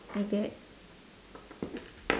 like that